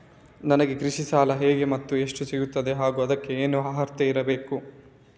ನನಗೆ ಕೃಷಿ ಸಾಲ ಹೇಗೆ ಮತ್ತು ಎಷ್ಟು ಸಿಗುತ್ತದೆ ಹಾಗೂ ಅದಕ್ಕೆ ಏನು ಅರ್ಹತೆ ಇರಬೇಕು?